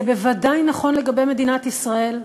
זה בוודאי נכון לגבי מדינת ישראל,